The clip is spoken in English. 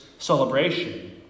Celebration